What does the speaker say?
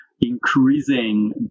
increasing